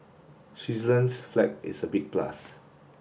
Switzerland's flag is a big plus